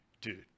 dude